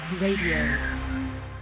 radio